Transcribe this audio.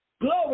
glory